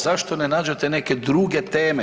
Zašto ne nađete neke druge teme?